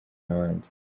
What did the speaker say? n’abandi